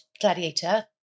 Gladiator